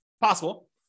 possible